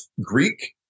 Greek